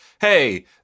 hey